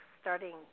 starting